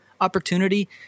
opportunity